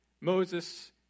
Moses